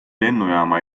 lennujaama